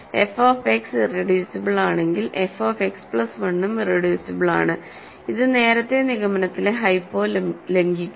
F of x irreducible ആണെങ്കിൽ f of x plus 1 ഉം irreducible ആണ് ഇത് നേരത്തെ നിഗമനത്തിലെ ഹൈപ്പോ ലംഘിക്കുന്നു